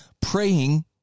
praying